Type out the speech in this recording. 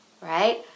right